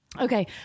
Okay